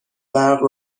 برق